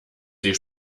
sie